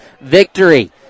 victory